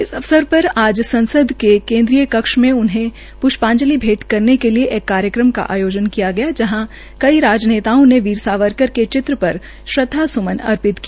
इस अवसर पर आज सांसद के सेट्रल हाल में उनहें प्ष्पाजंलि भैंट करने के लिये एक कार्यक्रम का आयोजन किया गया जहां कई राजनेताओं ने वीर सावरकर के चित्र पर श्रद्वा स्मन अर्पित किया